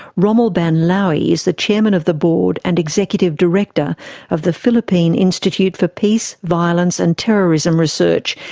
rommel banlaoi is the chairman of the board and executive director of the philippine institute for peace, violence and terrorism research,